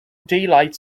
daylight